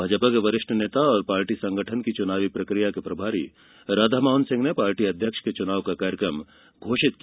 भाजपा के वरिष्ठ नेता और पार्टी संगठन की चुनावी प्रक्रिया के प्रभारी राधा मोहन सिंह ने पार्टी अध्यक्ष के चुनाव का कार्यक्रम घोषित किया